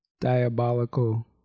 diabolical